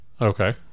Okay